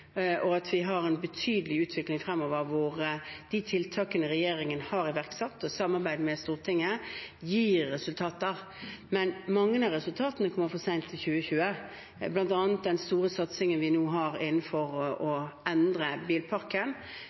og at vi har en betydelig utvikling fremover, hvor de tiltakene regjeringen har iverksatt – og samarbeidet med Stortinget – gir resultater. Men mange av resultatene kommer for sent for 2020. Blant annet med den store satsingen vi nå har innenfor å endre bilparken,